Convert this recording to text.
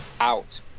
out